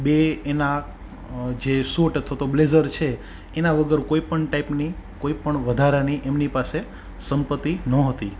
બે એના સુટ અથવા તો બ્લેઝર છે એના વગર કોઈપણ ટાઈપની કોઈપણ વધારાની એમની પાસે સંપત્તિ નોહતી